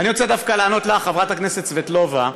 אני רוצה לענות לך, חברת הכנסת סבטלובה,